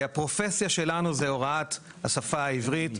הפרופסיה שלנו היא הוראת השפה העברית.